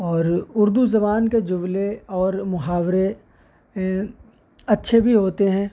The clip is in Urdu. اور اردو زبان کے جملے اور محاورے اچھے بھی ہوتے ہیں